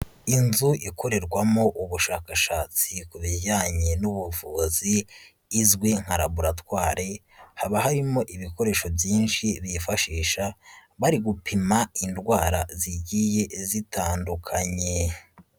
Inzu ikorerwamo ubushakashatsi ku bijyanye n'ubuvuzi izwi nka laboratwari, haba harimo ibikoresho byinshi bifashisha bari gupima indwara zigiye zitandukanye.